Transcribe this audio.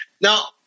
Now